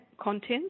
content